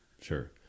sure